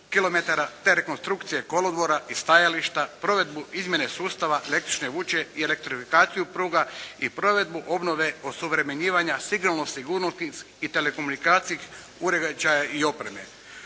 kilometara, te rekonstrukcije kolodvora i stajališta, provedbu izmjene sustava električne vuče i …/Govornik se ne razumije./… pruga i provedbu obnove osuvremenjivanja …/Govornik se ne razumije./… i telekomunikacijskih uređaja i opreme.